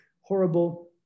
horrible